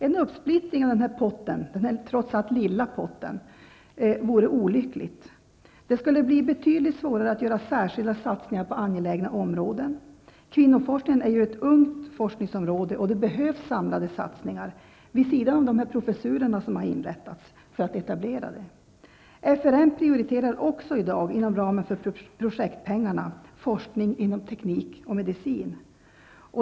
En uppsplittring av den här trots allt lilla potten vore olycklig. Det skulle bli betydligt svårare att göra särskilda satsningar på angelägna områden. Kvinnoforskningen är ju ett ungt forskningsområde, och det behövs samlade satsningar, vid sidan av de professurer som har inrättats, för att etablera den. FRN prioriterar också i dag, inom ramen för projektpengarna, forskning inom teknik och medicin.